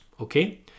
Okay